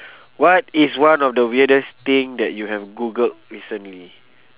what is one of the weirdest thing that you have googled recently